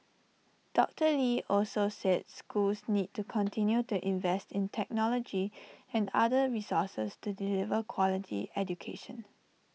doctor lee also said schools need to continue to invest in technology and other resources to deliver quality education